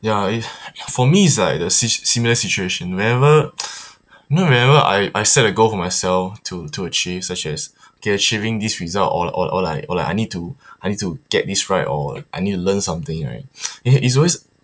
ya it for me it's like the sim similar situation whenever you know whenever I I set a goal for myself to to achieve such as okay achieving this result or or or like or like I need to I need to get this right or I need to learn something right it it's always